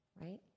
right